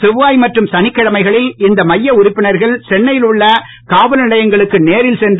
செவ்வாய் மற்றும் சனிக்கிழமைகளில் இந்த மைய உறுப்பினர்கள் சென்னையில் உள்ள காவல்நிலையங்களுக்கு நேரில் சென்று